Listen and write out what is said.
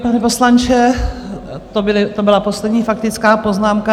Pane poslanče, to byla poslední faktická poznámka.